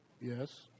Yes